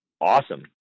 awesome